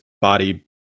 body